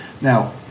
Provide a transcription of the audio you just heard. now